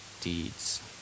deeds